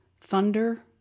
thunder